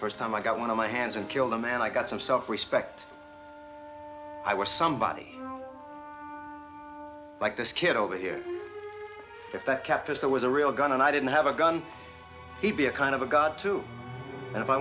first time i got one of my hands and killed a man i got some self respect i was somebody like this kid over here if that kept us there was a real gun and i didn't have a gun he'd be a kind of a god too and if i